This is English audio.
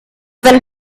when